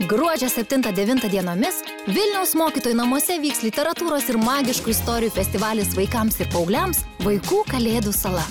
gruodžio septintą devintą dienomis vilniaus mokytojų namuose vyks literatūros ir magiškų istorijų festivalis vaikams ir paaugliams vaikų kalėdų sala